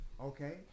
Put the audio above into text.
Okay